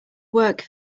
work